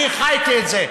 אני חייתי את זה.